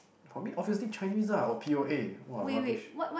for me obviously Chinese lah or P_O_A !wah! rubbish